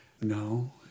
No